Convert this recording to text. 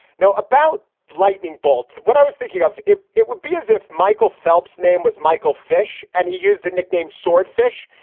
now about lightning bolt. what i was thinking of it, it would be as if michael phelps name was michael fish and he used the nickname swordfish.